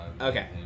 Okay